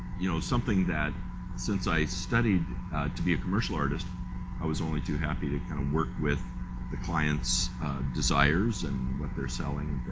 you know, something that since i studied to be a commercial artist i was only too happy to kind of work with the client's desires and what they're selling.